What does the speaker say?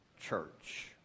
Church